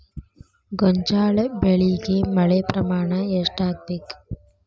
ಗೋಂಜಾಳ ಬೆಳಿಗೆ ಮಳೆ ಪ್ರಮಾಣ ಎಷ್ಟ್ ಆಗ್ಬೇಕ?